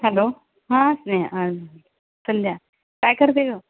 hello हा स्नेहा संध्या काय करते गं